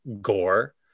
gore